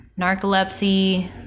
narcolepsy